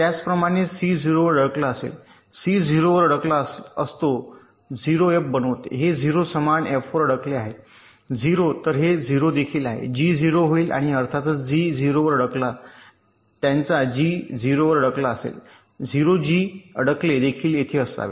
त्याचप्रमाणे सी 0 वर अडकलेला असतो सी 0 वर अडकलेला असतो 0 F बनवते हे 0 समान F वर अडकले आहेत 0 तर हे ० देखील आहे जी ० होईल आणि अर्थातच जी ० वर अडकला त्यांचा जी 0 वर अडकलेला असेल 0 जी अडकले देखील येथे असावेत